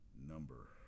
number